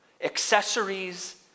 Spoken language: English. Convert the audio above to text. accessories